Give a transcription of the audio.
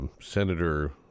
Senator